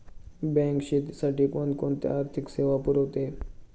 Bank शेतीसाठी कोणकोणत्या आर्थिक सेवा पुरवते?